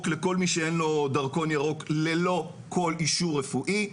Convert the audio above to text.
לכל מי שאין לו דרכון ירוק ללא כל אישור רפואי,